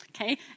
Okay